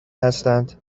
هستند